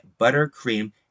buttercream